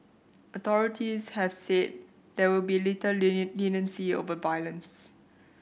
authorities have said there will be little leniency over violence